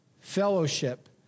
fellowship